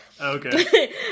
Okay